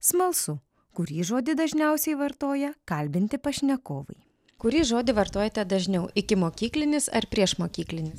smalsu kurį žodį dažniausiai vartoja kalbinti pašnekovai kurį žodį vartojate dažniau ikimokyklinis ar priešmokyklinis